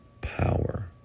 power